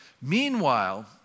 Meanwhile